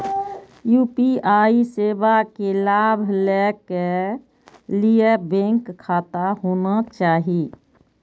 UPI सेवा के लाभ लै के लिए बैंक खाता होना चाहि?